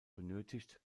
benötigt